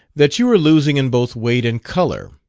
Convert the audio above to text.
that you are losing in both weight and color.